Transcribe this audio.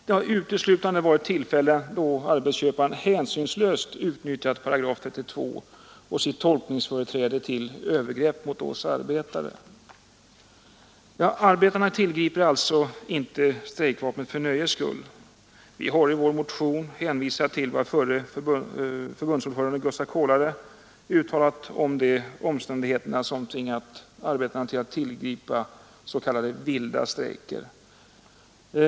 Det har uteslutande varit vid tillfällen då arbetsköparen hänsynslöst utnyttjat § 32 och sitt tolkningsföreträde till övergrepp mot oss arbetare. Arbetarna tillgriper alltså inte strejkvapnet för nöjes skull. Vi har i vår motion hänvisat till vad förre förbundsordföranden Gustav Kolare uttalat om de omständigheter som tvingat arbetarna att tillgripa ”vilda” strejker.